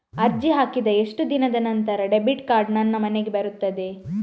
ಅರ್ಜಿ ಹಾಕಿದ ಎಷ್ಟು ದಿನದ ನಂತರ ಡೆಬಿಟ್ ಕಾರ್ಡ್ ನನ್ನ ಮನೆಗೆ ಬರುತ್ತದೆ?